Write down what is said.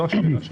זו השאלה שלי.